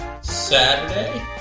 Saturday